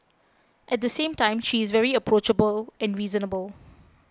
at the same time she is very approachable and reasonable